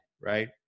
Right